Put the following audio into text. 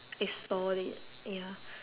I saw it ya